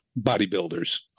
bodybuilders